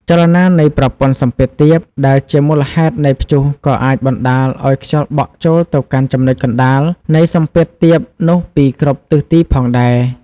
ចលនានៃប្រព័ន្ធសម្ពាធទាប ដែលជាមូលហេតុនៃព្យុះក៏អាចបណ្តាលឱ្យខ្យល់បក់ចូលទៅកាន់ចំណុចកណ្តាលនៃសម្ពាធទាបនោះពីគ្រប់ទិសទីផងដែរ។